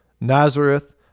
Nazareth